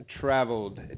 Traveled